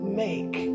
make